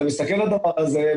אתה מסתכל על הדבר הזה,